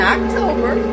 October